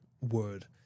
word